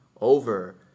over